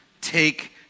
Take